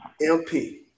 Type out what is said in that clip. MP